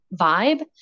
vibe